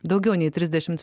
daugiau nei trisdešimt